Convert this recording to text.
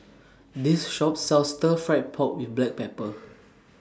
This Shop sells Stir Fried Pork with Black Pepper